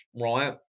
right